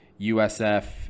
USF